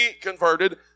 converted